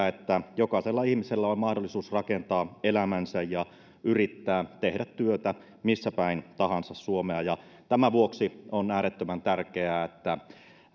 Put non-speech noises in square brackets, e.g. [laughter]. [unintelligible] että jokaisella ihmisellä on on mahdollisuus rakentaa elämänsä ja yrittää tehdä työtä missä päin tahansa suomea tämän vuoksi on äärettömän tärkeää että